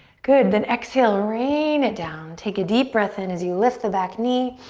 good, then exhale, rain it down, take a deep breath in as you lift the back knee.